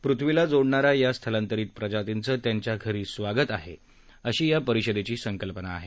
पृथ्वीला जोडणाऱ्या या स्थलांतरीत प्रजातीचं त्यांच्या घरी स्वागत आहे अशी परिषदेची संकल्पना आहे